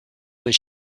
was